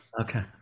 okay